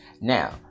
now